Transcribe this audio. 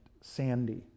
Sandy